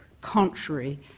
contrary